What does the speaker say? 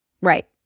Right